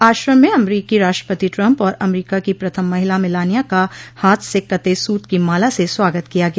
आश्रम में अमरीकी राष्ट्रपति ट्रंप और अमरीका की प्रथम महिला मेलानिया का हाथ से कते सूत की माला से स्वागत किया गया